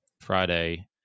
Friday